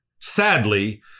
sadly